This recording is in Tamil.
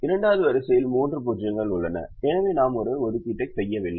இரண்டாவது வரிசையில் மூன்று 0 கள் உள்ளன எனவே நாம் ஒரு ஒதுக்கீட்டை செய்யவில்லை